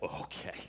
okay